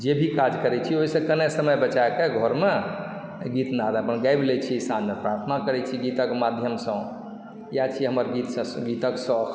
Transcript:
जे भी काज करैत छी ओहिसे कनि समय बचयके घरमे गीतनाद अपन गाबि लैत छी साँझमे अपन प्रार्थना करैत छी गीतक माध्यमसँ इएह छी हमर गीत सङ्गीतक शौक